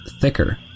thicker